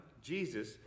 Jesus